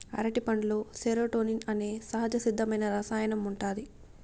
అరటిపండులో సెరోటోనిన్ అనే సహజసిద్ధమైన రసాయనం ఉంటాది